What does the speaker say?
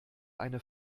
eine